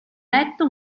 letto